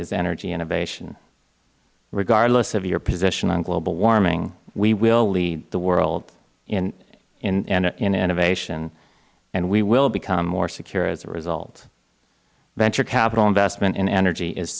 is energy innovation regardless of your position on global warming we will lead the world in innovation and we will become more secure as a result venture capital investment in energy is